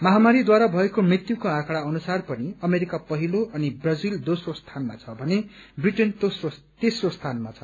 महामारीद्वारा भएको मृत्युक्रो आँकड़ा अनुसार पनि अमेरिका पहिलो अनि ब्राजील दोम्रो स्थानमा छ भने ब्रिटेन तेम्रो स्थानमा छ